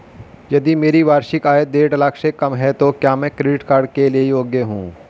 यदि मेरी वार्षिक आय देढ़ लाख से कम है तो क्या मैं क्रेडिट कार्ड के लिए योग्य हूँ?